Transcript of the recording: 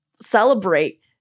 celebrate